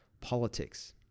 Politics